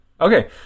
okay